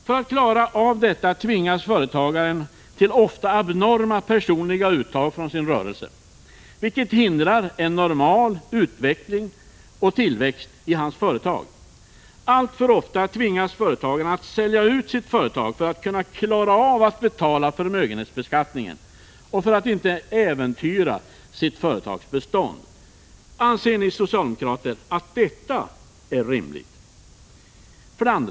För att klara av detta tvingas företagaren till ofta abnorma personliga uttag från sin rörelse, vilket hindrar en normal utveckling och tillväxt i hans företag. Alltför ofta tvingas företagaren att sälja ut sitt företag för att klara av att betala förmögenhetsbeskattningen och för att inte äventyra sitt företags bestånd. Anser ni socialdemokrater att detta är rimligt? 2.